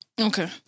Okay